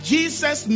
Jesus